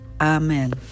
Amen